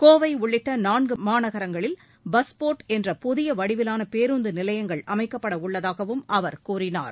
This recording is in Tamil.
கோவை உள்ளிட்ட நான்கு மாநகரங்களில் பஸ் போர்ட் என்ற புதிய வடிவிலான பேருந்து நிலையங்கள் அமைக்கப்பட உள்ளதாகவும் அவர் கூறினார்